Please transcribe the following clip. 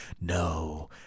no